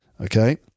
Okay